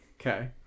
Okay